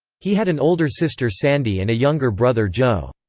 he had an older sister sandy and a younger brother joe.